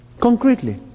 concretely